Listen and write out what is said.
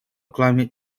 climate